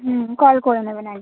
হুম call করে নেবেন আগে